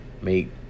make